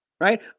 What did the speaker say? right